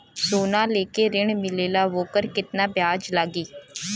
सोना लेके ऋण मिलेला वोकर केतना ब्याज लागी?